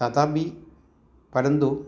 तथापि परन्तु